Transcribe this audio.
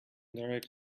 directly